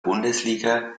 bundesliga